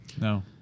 No